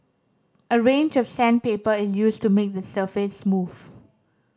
a range of sandpaper is used to make the surface smooth